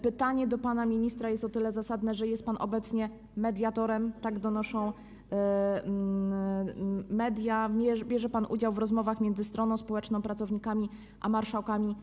Pytania do pana ministra są o tyle zasadne, że jest pan obecnie mediatorem - tak donoszą media - bierze pan udział w rozmowach między stroną społeczną, pracownikami a marszałkami województw.